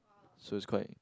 so it's quite